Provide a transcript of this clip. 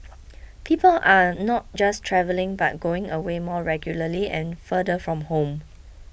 people are not just travelling but going away more regularly and farther from home